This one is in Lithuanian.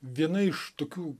viena iš tokių